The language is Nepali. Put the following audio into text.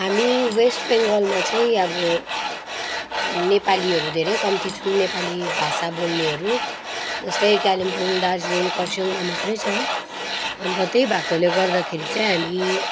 हामी वेस्ट बेङ्गलमा चाहिंँ अब नेपालीहरू धेरै कम्ती छौँ नेपाली भाषा बोल्नेहरू जस्तै कालिम्पोङ दार्जिलिङ खरसाङमा मात्रै छ अन्त त्यही भएकोले गर्दाखेरि चाहिँ हामी